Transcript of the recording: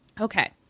Okay